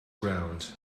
ground